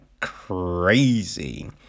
crazy